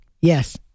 yes